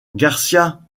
garcía